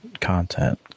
content